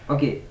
Okay